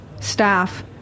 staff